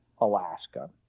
Alaska